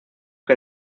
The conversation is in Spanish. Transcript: que